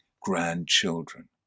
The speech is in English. grandchildren